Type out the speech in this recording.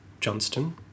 Johnston